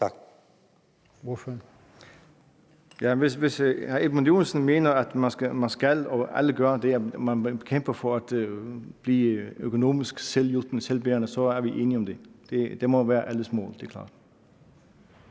Hvis hr. Edmund Joensen mener, at man skal det, og at alle gør det, at de kæmper for at blive økonomisk selvhjulpne, selvbærende, så er vi enige om det. Det må være alles mål, det er klart.